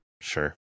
Sure